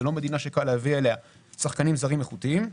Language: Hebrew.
זה לא מדינה שקל להביא אליה שחקנים זרים איכותיים,